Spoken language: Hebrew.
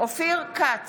אופיר כץ,